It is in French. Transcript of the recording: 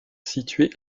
situé